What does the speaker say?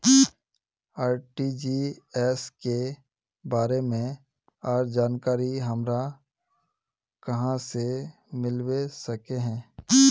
RTGS के बारे में आर जानकारी हमरा कहाँ से मिलबे सके है?